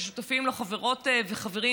ששותפים לו חברות וחברים,